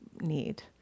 need